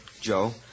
Joe